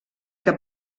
que